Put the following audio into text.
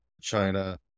China